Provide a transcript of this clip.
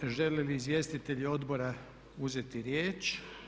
Žele li izvjestitelji odbora uzeti riječ?